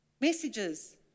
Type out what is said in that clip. messages